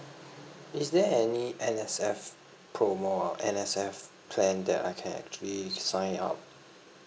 is there any N_S_F promo or N_S_F plan that I can actually sign up